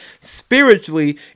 spiritually